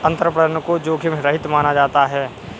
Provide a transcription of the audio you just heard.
अंतरपणन को जोखिम रहित माना जाता है